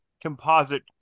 composite